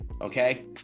okay